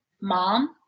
mom